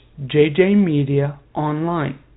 jjmediaonline